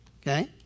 Okay